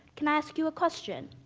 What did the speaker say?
can i ask you a question?